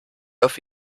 auf